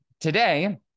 today